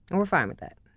and we're fine with that.